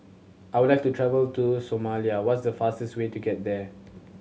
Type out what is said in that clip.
I would like to travel to Somalia what's the fastest way there